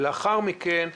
לאחר מכן,